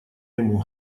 ему